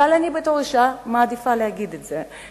אבל אני בתור אשה מעדיפה להגיד את זה,